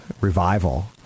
revival